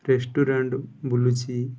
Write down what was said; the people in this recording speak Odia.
ରେଷ୍ଟୁରାଣ୍ଟ୍ ବୁଲୁଛି